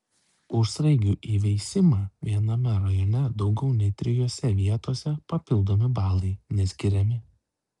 už sraigių įveisimą viename rajone daugiau nei trijose vietose papildomi balai neskiriami